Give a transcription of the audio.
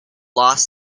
los